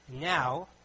Now